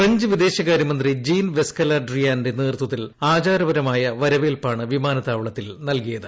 French വിദേശകാര്യമന്ത്രി Jean Yves കല ഡ്രിയാന്റെ നേതൃത്വത്തിൽ ആചാരപരമായ വരവേൽപ്പാണ് വിമാനത്താവളത്തിൽ നൽകിയത്